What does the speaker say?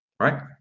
right